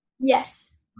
Yes